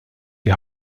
die